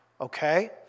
okay